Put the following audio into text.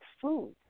food